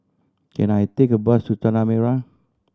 can I take a bus to Tanah Merah